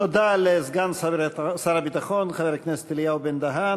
תודה לסגן שר הביטחון חבר הכנסת אלי בן-דהן.